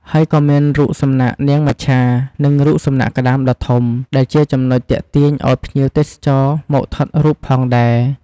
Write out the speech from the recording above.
ហើយក៏មានរូបសំណាកនាងមច្ឆា និងរូបសំណាកក្តាមដ៏ធំ ដែលជាចំណុចទាក់ទាញឲ្យភ្ញៀវទេសចរមកថតរូបផងដែរ។